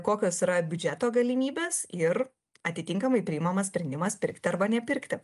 kokios yra biudžeto galimybės ir atitinkamai priimamas sprendimas pirkti arba nepirkti